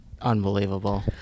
unbelievable